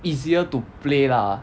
easier to play lah